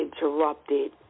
interrupted